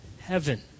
heaven